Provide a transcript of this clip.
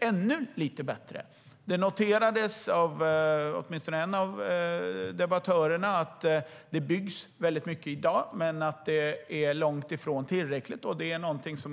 ännu lite bättre. Det noterades av åtminstone en av debattörerna att det byggs väldigt mycket i dag men att det är långt ifrån tillräckligt.